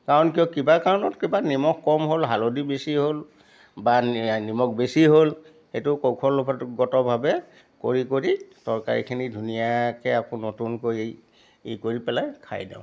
কাৰণ কিয় কিবা কাৰণত কিবা নিমখ কম হ'ল হালধি বেছি হ'ল বা নিমখ বেছি হ'ল সেইটো কৌশলগতভাৱে কৰি কৰি তৰকাৰীখিনি ধুনীয়াকৈ আকৌ নতুনকৈ ই কৰি পেলাই খাই দিওঁ